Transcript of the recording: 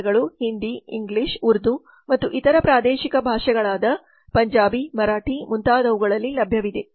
ಚಾನಲ್ಗಳು ಹಿಂದಿ ಇಂಗ್ಲಿಷ್ ಉರ್ದು ಮತ್ತು ಇತರ ಪ್ರಾದೇಶಿಕ ಭಾಷೆಗಳಾದ ಪಂಜಾಬಿ ಮರಾಠಿ ಮುಂತಾದವುಗಳಲ್ಲಿ ಲಭ್ಯವಿದೆ